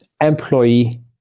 employee